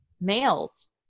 males